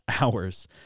hours